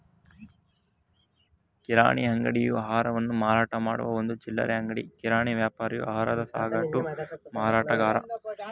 ಕಿರಾಣಿ ಅಂಗಡಿಯು ಆಹಾರವನ್ನು ಮಾರಾಟಮಾಡುವ ಒಂದು ಚಿಲ್ಲರೆ ಅಂಗಡಿ ಕಿರಾಣಿ ವ್ಯಾಪಾರಿಯು ಆಹಾರದ ಸಗಟು ಮಾರಾಟಗಾರ